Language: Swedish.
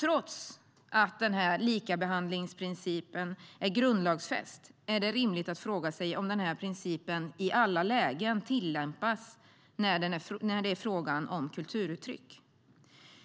Trots att denna likabehandlingsprincip är grundlagsfäst är det rimligt att fråga sig om den i alla lägen tillämpas när det är fråga om kulturuttryck.